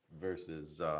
versus